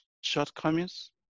shortcomings